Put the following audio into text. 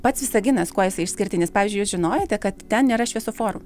pats visaginas kuo jisai išskirtinis pavyzdžiui žinojote kad ten nėra šviesoforų